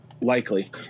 Likely